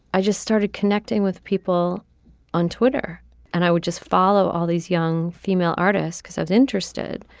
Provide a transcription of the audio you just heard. i just started connecting with people on twitter and i would just follow all these young female artists because i was interested.